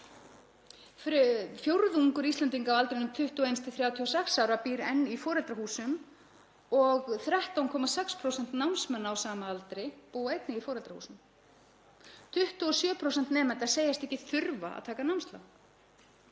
Fjórðungur Íslendinga á aldrinum 21–36 ára býr enn í foreldrahúsum og 13,6% námsmanna á sama aldri búa í foreldrahúsum. 27% nemenda segist ekki þurfa að taka námslán.